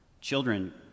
Children